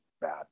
bad